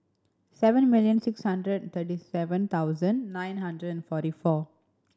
seven million six hundred thirty seven thousand nine hundred and forty four